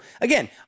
again